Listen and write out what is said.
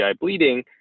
bleeding